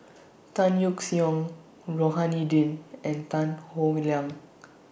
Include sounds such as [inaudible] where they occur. [noise] Tan Yeok Seong Rohani Din and Tan Howe Liang [noise]